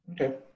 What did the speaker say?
Okay